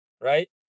right